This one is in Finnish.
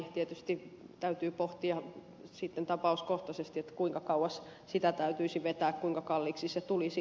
tietysti täytyy pohtia sitten tapauskohtaisesti kuinka kauas sitä täytyisi vetää kuinka kalliiksi se tulisi